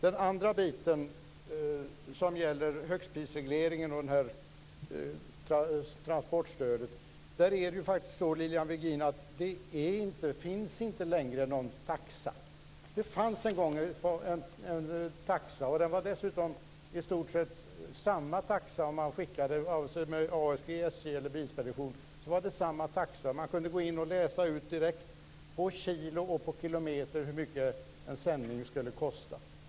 Den andra biten gäller högstprisregleringen och transportstödet. Det finns inte längre någon taxa, Lilian Virgin. Det fanns en gång en taxa. Det var i stort sett samma taxa oavsett om man skickade med ASG, SJ eller Bilspedition. Man kunde direkt utifrån kilo och kilometer läsa ut hur mycket en sändning skulle kosta.